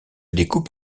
découpe